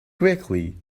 quickly